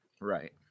Right